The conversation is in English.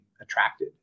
attracted